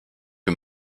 que